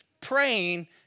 praying